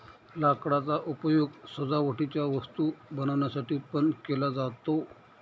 लाकडाचा उपयोग सजावटीच्या वस्तू बनवण्यासाठी पण केला जातो